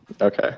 Okay